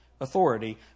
authority